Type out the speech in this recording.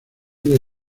les